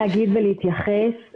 הזה אם זה משרד הפנים והמשרד להגנת הסביבה.